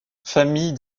famille